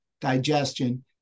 digestion